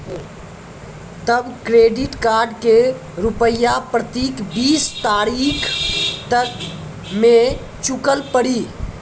तब credit card के रूपिया प्रतीक बीस तारीख तक मे चुकल पड़ी?